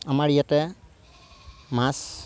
আমাৰ ইয়াতে মাছ